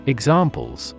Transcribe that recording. Examples